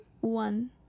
one